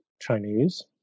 Chinese